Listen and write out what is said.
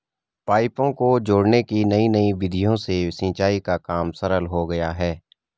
पाइपों को जोड़ने की नयी नयी विधियों से सिंचाई का काम सरल हो गया है